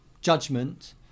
judgment